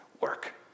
work